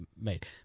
made